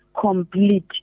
complete